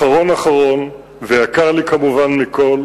אחרון אחרון ויקר לי כמובן מכול